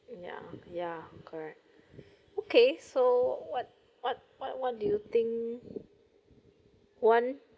ya ya correct okay so what what what what do you think one